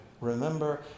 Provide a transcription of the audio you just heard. Remember